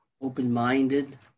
open-minded